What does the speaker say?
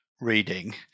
reading